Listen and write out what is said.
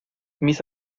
mis